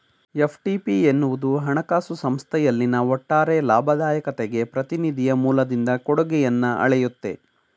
FTP ಎನ್ನುವುದು ಹಣಕಾಸು ಸಂಸ್ಥೆಯಲ್ಲಿನ ಒಟ್ಟಾರೆ ಲಾಭದಾಯಕತೆಗೆ ಪ್ರತಿನಿಧಿಯ ಮೂಲದಿಂದ ಕೊಡುಗೆಯನ್ನ ಅಳೆಯುತ್ತೆ